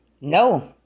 No